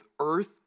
earth